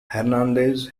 hernandez